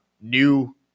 new